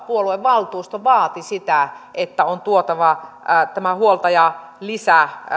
puoluevaltuusto vaati sitä että on tuotava tämä huoltajalisä